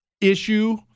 issue